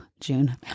June